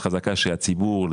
חזקה שהציבור,